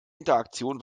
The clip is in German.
interaktion